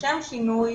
לשם שינוי